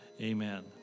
Amen